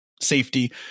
safety